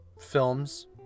films